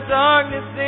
darkness